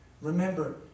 Remember